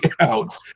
out